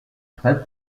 traite